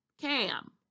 Cam